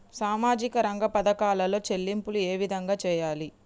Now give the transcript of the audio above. సామాజిక రంగ పథకాలలో చెల్లింపులు ఏ విధంగా చేయాలి?